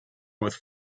with